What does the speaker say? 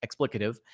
explicative